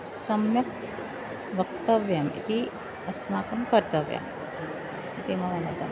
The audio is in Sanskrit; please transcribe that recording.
सम्यक् वक्तव्यम् इति अस्माकं कर्तव्यम् इति मम मतं